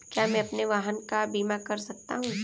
क्या मैं अपने वाहन का बीमा कर सकता हूँ?